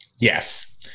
Yes